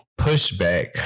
pushback